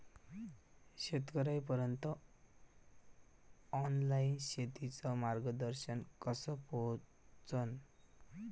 शेतकर्याइपर्यंत ऑनलाईन शेतीचं मार्गदर्शन कस पोहोचन?